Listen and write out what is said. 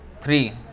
three